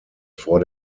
vor